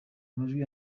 amajwi